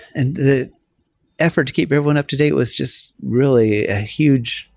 and the effort to keep everyone up-to-date was just really a huge,